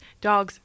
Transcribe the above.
dogs